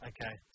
Okay